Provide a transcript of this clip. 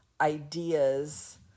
ideas